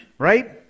Right